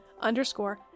underscore